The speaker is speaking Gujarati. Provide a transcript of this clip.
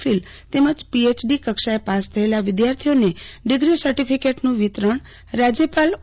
ફિલ તેમ જ પીએચડી કક્ષાએ પાસ થયેલા વિદ્યાર્થીઓને ડિગ્રી સર્ટિફિકેટ રાજ્યપાલ ઓ